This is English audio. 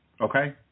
okay